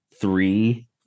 three